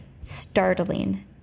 startling